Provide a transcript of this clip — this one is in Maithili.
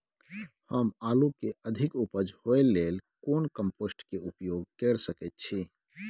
हम आलू के अधिक उपज होय लेल कोन कम्पोस्ट के उपयोग कैर सकेत छी?